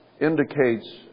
indicates